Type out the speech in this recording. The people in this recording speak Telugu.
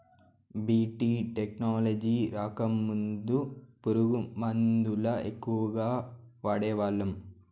బీ.టీ టెక్నాలజీ రాకముందు పురుగు మందుల ఎక్కువగా వాడేవాళ్ళం